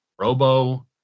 Robo